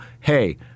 hey